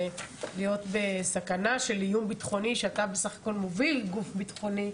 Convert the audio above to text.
ולהיות בסכנה של איום בטחוני שאתה בסך הכל מוביל גוף בטחוני,